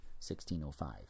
1605